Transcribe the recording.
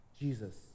Jesus